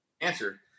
answer